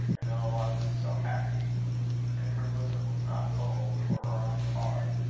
and oh! i was so happy and her bosom was not cold, or her arms hard,